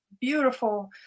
beautiful